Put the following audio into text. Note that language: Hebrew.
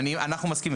אנחנו מסכימים.